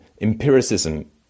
empiricism